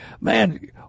man